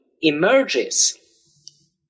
emerges